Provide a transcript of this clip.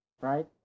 right